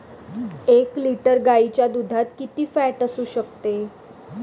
एक लिटर गाईच्या दुधात किती फॅट असू शकते?